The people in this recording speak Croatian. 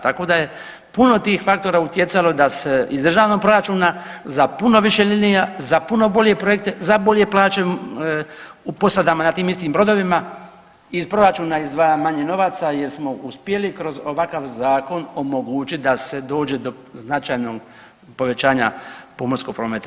Tako da je puno tih faktora utjecalo da se iz državnog proračuna za puno više linija, za puno bolje projekte, za bolje plaće u posadama na tim istim brodovima iz proračuna izdvaja manje novaca jer smo uspjeli kroz ovakav zakon omogućiti da se dođe do značajnog povećanja pomorskog prometa.